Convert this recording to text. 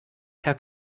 per